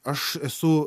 aš esu